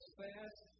fast